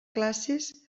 classes